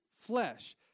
flesh